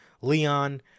leon